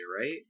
right